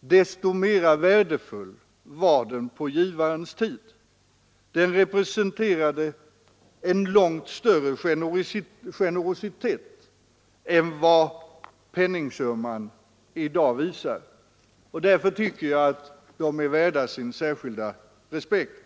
desto mera värdefull var den på givarens tid; den representerade en långt större generositet än vad penningsumman i dag visar och är därför värd sin särskilda respekt.